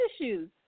issues